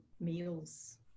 meals